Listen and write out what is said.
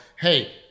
hey